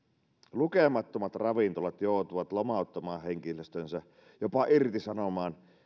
lukemattomat ravintolat joutuvat lomauttamaan henkilöstönsä jopa irtisanomaan